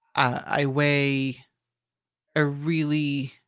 i weigh a really,